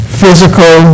physical